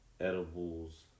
edibles